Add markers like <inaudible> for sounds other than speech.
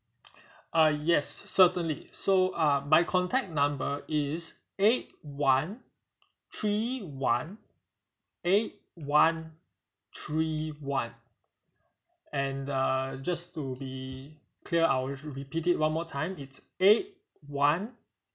<breath> uh yes certainly so uh my contact number is eight one three one eight one three one and uh just to be clear I'll repeat it one more time eight one